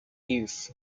youth